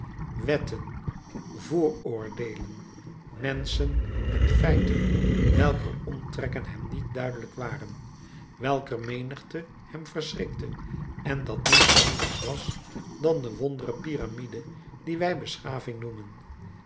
wetten vooroordeelen menschen en feiten welker omtrekken hem niet duidelijk waren welker menigte hem verschrikte en dat niets anders was dan de wonderbare piramide die wij beschaving noemen